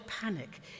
panic